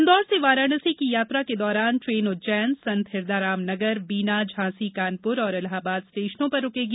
इंदौर से वाराणसी की यात्रा के दौरान ट्रेन उज्जैन संत हिरदाराम नगर बीना झांसी कानपुर और इलाहाबाद स्टेशनों पर रूकेगी